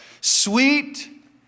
Sweet